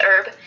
herb